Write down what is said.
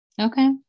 Okay